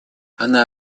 она